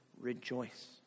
rejoice